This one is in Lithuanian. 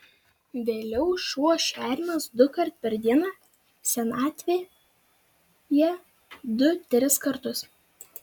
vėliau šuo šeriamas dukart per dieną senatvėje du tris kartus